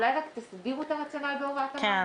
אולי רק תסבירו את הרציונל בהוראת המעבר.